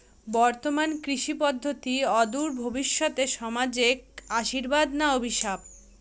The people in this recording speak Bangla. বর্তমান কৃষি পদ্ধতি অদূর ভবিষ্যতে সমাজে আশীর্বাদ না অভিশাপ?